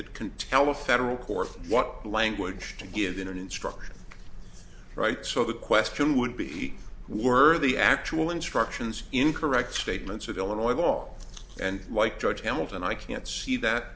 that can tell a federal court what language to give in an instruction right so the question would be were the actual instructions incorrect statements of illinois law and like george hamilton i can't see that